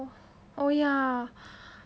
oh ya